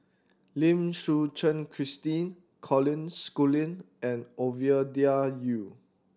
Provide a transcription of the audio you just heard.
Lim Suchen Christine Colin Schooling and Ovidia Yu